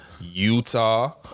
Utah